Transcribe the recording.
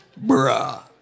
Bruh